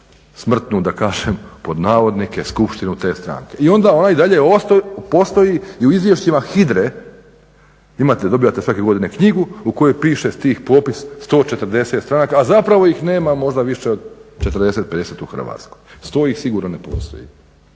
smrtnu da kažem pod navodnike, skupštinu te stranke. I onda ona i dalje postoji i u izvješćima HIDRA-e, imate, dobivate svake godine knjigu u kojoj piše tih popis 140 stranaka, a zapravo ih nema možda više od 40, 50 u Hrvatskoj. Stoji, ali sigurno ne postoji.